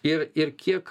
ir ir kiek